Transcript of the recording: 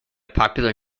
popular